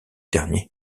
dernier